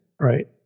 Right